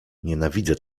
nienawidzę